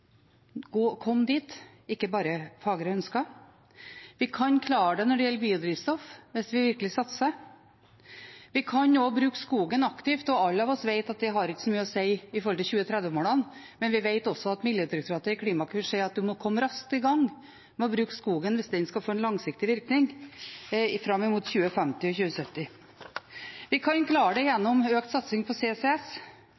dit, ikke bare fagre ønsker. Vi kan klare det når det gjelder biodrivstoff, hvis vi virkelig satser. Vi kan også bruke skogen aktivt, og alle vet at det ikke har så mye å si når det gjelder 2030-målene, men vi vet også at Miljødirektoratet i Klimakur sier at en må komme raskt i gang med å bruke skogen hvis den skal få en langsiktig virkning fram mot 2050 og 2070. Vi kan klare det